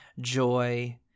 joy